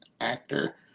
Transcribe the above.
actor